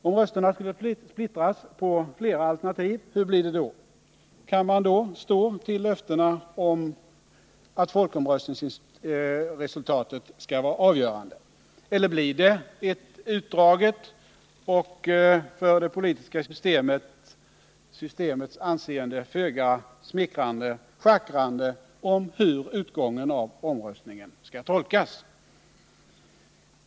Om rösterna skulle splittras på flera alternativ, hur blir det då? Kan man då stå vid löftena att omröstningsresultatet skall vara avgörande? Eller blir det ett utdraget och för det politiska systemets anseende föga smickrande schackrande om hur utgången av omröstningen skall tolkas?